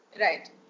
Right